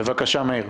בבקשה מאיר.